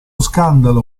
scandalo